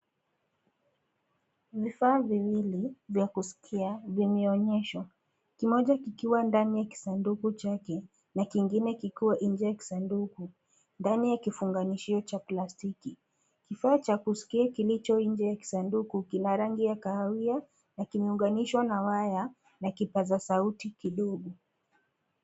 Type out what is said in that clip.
Vifaa viwili vya kuskia vimeonyeshwa. Kimoja kikiwa ndani ya kisanduku chake na kingine kikiwa nje ya kisanduku ndani ya kifunganishio cha plastiki. Kifaa cha kuskia kilicho nje ya kisanduku kina rangi ya kahawia na kimeunganishwa na waya na kipaza sauti kidogo.